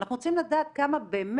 אנחנו רוצים לדעת כמה באמת,